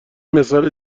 مثال